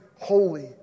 holy